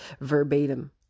verbatim